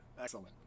Excellent